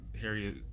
Harriet